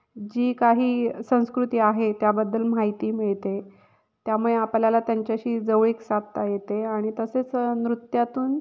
जी काही संस्कृती आहे त्याबद्दल माहिती मिळते त्यामुळे आपल्याला त्यांच्याशी जवळीक साधता येते आणि तसेच नृत्यातून